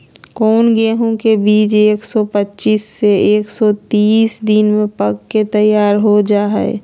कौन गेंहू के बीज एक सौ पच्चीस से एक सौ तीस दिन में पक के तैयार हो जा हाय?